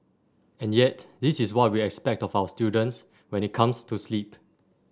and yet this is what we expect of our students when it comes to sleep